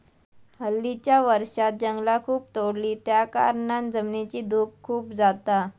हल्लीच्या वर्षांत जंगला खूप तोडली त्याकारणान जमिनीची धूप खूप जाता